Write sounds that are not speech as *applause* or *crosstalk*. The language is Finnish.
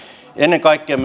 ennen kaikkea *unintelligible*